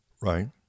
Right